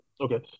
okay